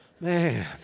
man